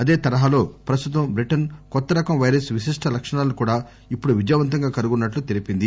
అదే తరహాలో ప్రస్తుతం బ్రిటన్ కొత్త రకం పైరస్ విశిష్ష లక్షణాలను కూడా ఇప్పుడు విజయవంతంగా కనుగొన్నట్లు తెలిపింది